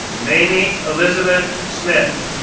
mamie elizabeth smith,